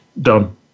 done